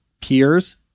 peers